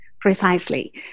Precisely